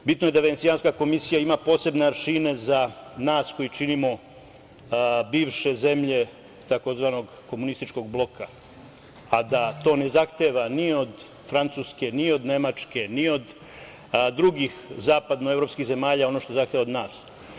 Bitno je da Venecijanska komisija ima posebne aršine za nas koji činimo bivše zemlje tzv. komunističkog bloka, a da to ne zahteva ni od Francuske, ni od Nemačke, ni od drugih zapadno-evropskih zemalja, ono što zahteva od nas.